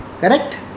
Correct